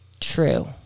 True